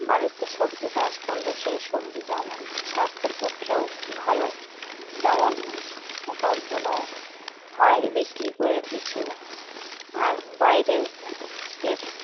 বাড়িতে সবজি চাষ করলে সে সবজি যেমন স্বাস্থ্যের পক্ষেও ভালো তেমন উপার্জনও হয় বিক্রি করে কিছু আর বাইরের